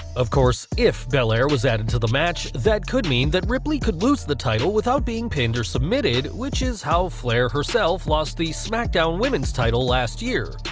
of course, if belair was added to the match, that could mean that ripley could lose the title without being pinned or submitted, which is how flair herself lost the smackdown women's title last year,